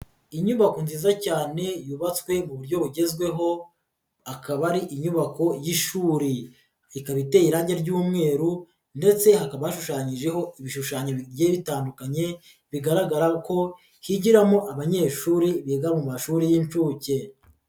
Inyubako nziza cyane yubatswe mu buryo bugezweho akaba ari inyubako y'ishuri, ikaba iteye irange ry'umweru ndetse hakaba hashushanyijeho ibishushanyo bigiye bitandukanye bigaragara ko higiramo abanyeshuri biga mu mashuri y'inshuke.